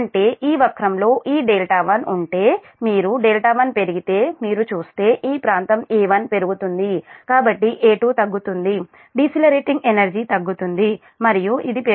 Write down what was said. అంటే ఈ వక్రంలో ఈ δ1 ఉంటే మీరు δ1 పెరిగితే మీరు చూస్తే ఈ ప్రాంతం A1 పెరుగుతుంది కాబట్టి A2 తగ్గుతుంది డిసిలరేటింగ్ ఎనర్జీ తగ్గుతుంది మరియు ఇది పెరుగుతుంది